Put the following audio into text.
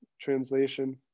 translation